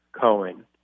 Cohen